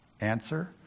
answer